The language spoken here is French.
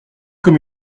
comme